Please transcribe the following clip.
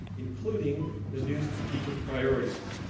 including the new strategic priorities.